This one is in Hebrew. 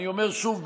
אני אומר שוב,